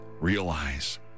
realize